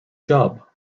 job